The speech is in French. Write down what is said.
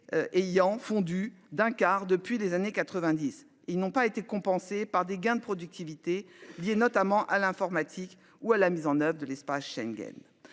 Ayant fondu d'un quart depuis des années 90, ils n'ont pas été compensée par des gains de productivité liés notamment à l'informatique ou à la mise en oeuvre de l'espace Schengen.